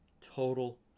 Total